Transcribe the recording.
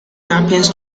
happens